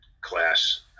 class